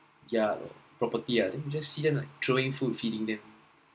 yeah loh property ah then just see them like throwing food feeding them